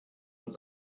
und